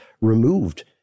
removed